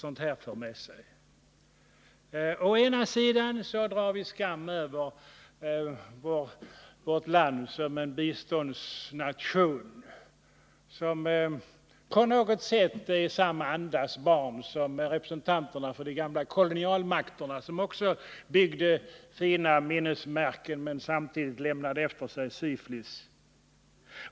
Å ena sidan drar vi skam över vårt land som biståndsnation. Vi är på något sätt samma andas barn som representanterna för de gamla kolonialmakterna, vilka också byggde sina minnesmärken men samtidigt lämnade efter sig syfilis.